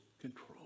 control